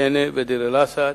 בענה ודיר-אל-אסד,